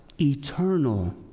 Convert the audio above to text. Eternal